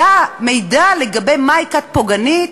מידע לגבי מהי כת פוגענית,